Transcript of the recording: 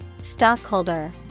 Stockholder